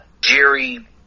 Jerry